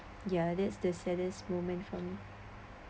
yeah that's the saddest moment for me